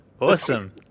awesome